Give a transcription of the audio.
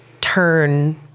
turn